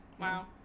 Wow